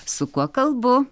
su kuo kalbu